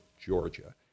Georgia